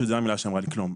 זאת המילה שהיא אמרה לי כלום.